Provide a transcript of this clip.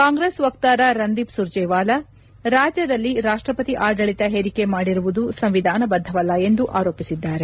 ಕಾಂಗ್ರೆಸ್ ವಕ್ತಾರ ರಂದೀಪ್ ಸುರ್ಜೇವಾಲಾ ರಾಜ್ಯದಲ್ಲಿ ರಾಷ್ಟಪತಿ ಆಡಳಿತ ಹೇರಿಕೆ ಮಾಡಿರುವುದು ಸಂವಿಧಾನಬದ್ದವಲ್ಲ ಎಂದು ಆರೋಪಿಸಿದ್ದಾರೆ